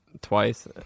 twice